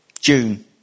June